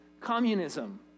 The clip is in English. communism